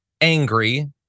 angry